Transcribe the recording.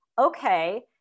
okay